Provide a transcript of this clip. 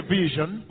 vision